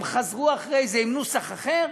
הם חזרו אחרי זה עם נוסח אחר,